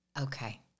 Okay